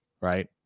right